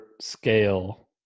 scale